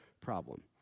problem